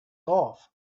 off